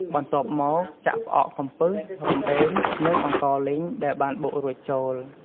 បន្ទាប់មក ចាក់ផ្អកកំពឹស រំដេង និងអង្ករលីងដែលបានបុករួចចូល។